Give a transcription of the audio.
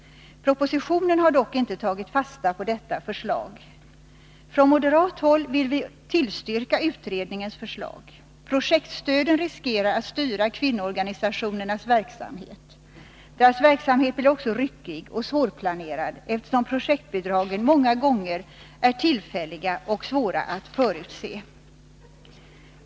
Propositionen har dock inte tagit fasta på detta förslag. Från moderat håll vill vi tillstyrka utredningens förslag. Projektstöden riskerar att styra kvinnoorganisationernas verksamhet. Deras verksamhet blir också ryckig och svårplanerad, eftersom projektbidragen många gånger är tillfälliga och svåra att förutse.